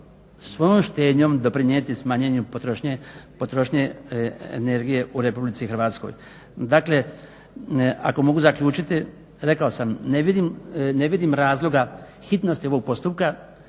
svojom štednjom doprinijeti smanjenju potrošnje energije u Republici Hrvatskoj. Dakle, ako mogu zaključiti, rekao sam ne vidim razloga hitnosti ovog postupka,